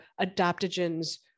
adaptogens